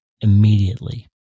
immediately